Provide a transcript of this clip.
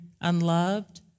unloved